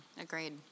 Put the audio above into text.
Agreed